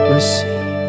Receive